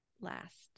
last